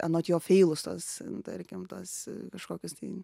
anot jo feilus tuos tarkim tuos kažkokius tai